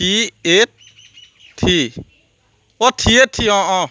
three eight three o three eight three অঁ অঁ